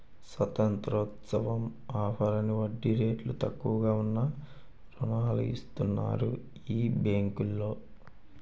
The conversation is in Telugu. స్వతంత్రోత్సవం ఆఫర్ అని వడ్డీ రేట్లు తక్కువగా ఉన్న రుణాలు ఇస్తన్నారు ఈ బేంకులో